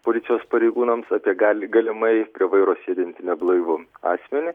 policijos pareigūnams apie gali galimai prie vairo sėdintį neblaivų asmenį